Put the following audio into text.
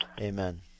Amen